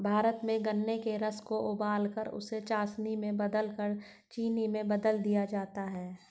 भारत में गन्ने के रस को उबालकर उसे चासनी में बदलकर चीनी में बदल दिया जाता है